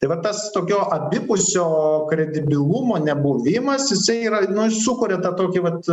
tai va tas tokio abipusio kredibilumo nebuvimas jisai yra nu jis sukuria tą tokį vat